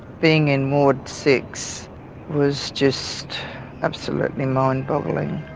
being in ward six was just absolutely mind boggling.